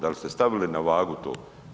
Da li ste stavili na vagu to?